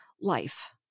life